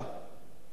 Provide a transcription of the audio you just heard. ושר האוצר,